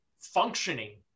functioning